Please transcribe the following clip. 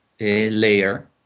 layer